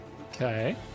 Okay